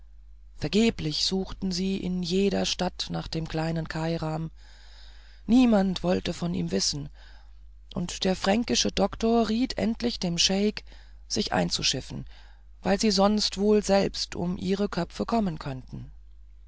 vergeblich suchten sie in jeder stadt nach dem kleinen kairam niemand wollte von ihm wissen und der fränkische doktor riet endlich dem scheik sich einzuschiffen weil sie sonst wohl selbst um ihre köpfe kommen könnten